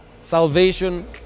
Salvation